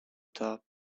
top